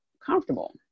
comfortable